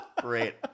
great